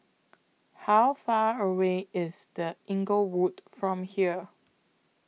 How Far away IS The Inglewood from here